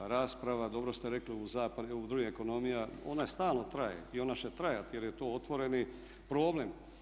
Rasprava dobro ste rekli u drugim ekonomijama ona stalno traje i ona će trajati jer je to otvoreni problem.